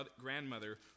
grandmother